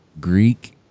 Greek